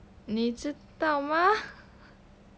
你知道吗